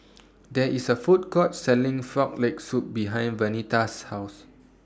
There IS A Food Court Selling Frog Leg Soup behind Vernita's House